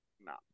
No